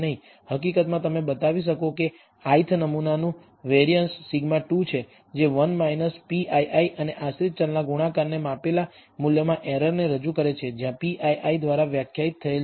હકીકતમાં તમે બતાવી શકો છો કે ith નમૂનાનું વેરિઅન્સ σ2 છે જે 1 pii અને આશ્રિત ચલના ગુણાકારને માપેલા મૂલ્યમાં એરરને રજૂ કરે છે જ્યાં pii આ દ્વારા વ્યાખ્યાયિત થયેલ છે